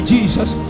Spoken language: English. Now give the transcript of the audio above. Jesus